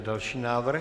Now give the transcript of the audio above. Další návrh.